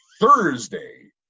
thursday